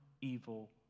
evil